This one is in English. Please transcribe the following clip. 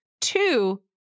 Two